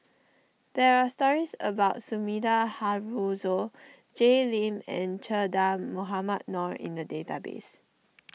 there are stories about Sumida Haruzo Jay Lim and Che Dah Mohamed Noor in the database